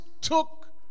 took